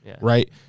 right